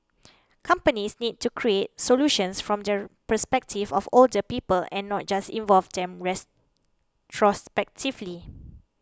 companies need to create solutions from the perspective of older people and not just involve them